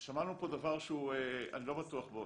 שמענו פה דבר שאני לא בטוח בו.